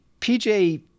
pj